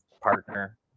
partner